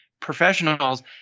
professionals